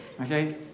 Okay